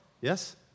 Yes